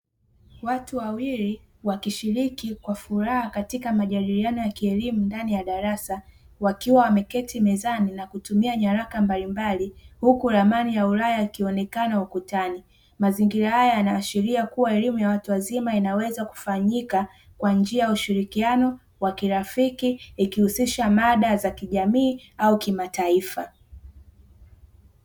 Watu wawili wakishiriki kwa furaha katika majadiliano ya kielimu ndani ya darasa; wakiwa wameketi mezani na kutumia nyaraka mbalimbali, huku ramani ya ulaya ikionekana ukutani. Mazingira haya yanaashiria kuwa, elimu ya watu wazima inaweza kufanyika kwa njia ya ushirikiano wa kirafiki ikihusisha mada za kijamii au kimataifa.